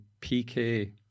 PK